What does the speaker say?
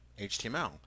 HTML